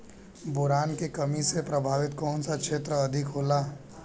Boron के कमी से प्रभावित कौन सा क्षेत्र अधिक होला?